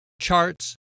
charts